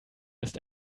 ist